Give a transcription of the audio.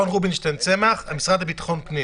רובינשטיין-צמח, המשרד לביטחון פנים.